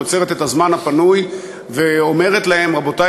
יוצרת את הזמן הפנוי ואומרת להם: רבותי,